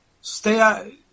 stay